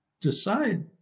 decide